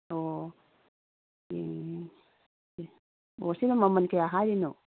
ꯑꯣ ꯑꯣ ꯁꯤꯅ ꯃꯃꯟ ꯀꯌꯥ ꯍꯥꯏꯔꯤꯅꯣ